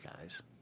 guys